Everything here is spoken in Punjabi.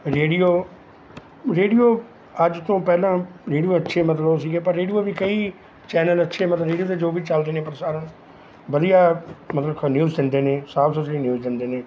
ਰੇਡੀਓ ਰੇਡੀਓ ਅੱਜ ਤੋਂ ਪਹਿਲਾਂ ਜਿਹੜੀ ਅੱਛੇ ਮਤਲਬ ਸੀਗੇ ਪਰ ਰੇਡੀਓ ਵੀ ਕਈ ਚੈਨਲ ਅੱਛੇ ਜੋ ਵੀ ਚੱਲ ਰਹੇ ਨੇ ਪ੍ਰਸਾਰਨ ਵਧੀਆ ਮਤਲਬ ਨਿਊਜ਼ ਦਿੰਦੇ ਨੇ ਸਾਫ ਸੁਥਰੀ ਨਿਊਜ਼ ਦਿੰਦੇ ਨੇ